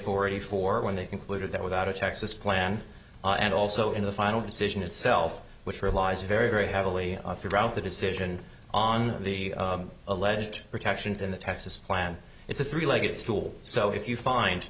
forty four when they concluded that without a texas plan and also in the final decision itself which relies very very heavily throughout the decision on the alleged protections in the texas plan it's a three legged stool so if you find